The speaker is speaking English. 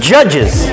Judges